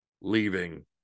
leaving